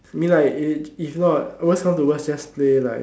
mean like if if not worse come to worse just play like